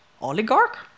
oligarch